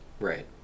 Right